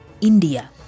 India